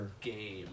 game